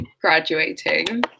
graduating